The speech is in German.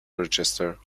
register